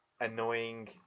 annoying